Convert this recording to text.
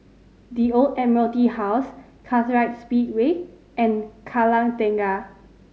The Old Admiralty House Kartright Speedway and Kallang Tengah